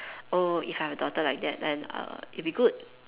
oh if I have a daughter like that then uh it'd be good